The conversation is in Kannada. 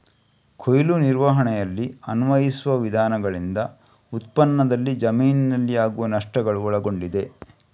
ಕೊಯ್ಲು ನಿರ್ವಹಣೆಯಲ್ಲಿ ಅನ್ವಯಿಸುವ ವಿಧಾನಗಳಿಂದ ಉತ್ಪನ್ನದಲ್ಲಿ ಜಮೀನಿನಲ್ಲಿ ಆಗುವ ನಷ್ಟಗಳು ಒಳಗೊಂಡಿದೆ